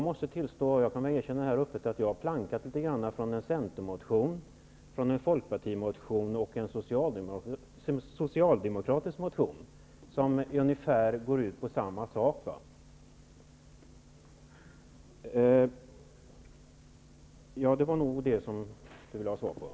Jag kan väl erkänna öppet att jag har plankat litet från motioner från Centerpartiet, Folkpartiet och Socialdemokraterna, som går ut på ungefär samma sak. Detta var nog svaret på Elving